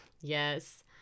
Yes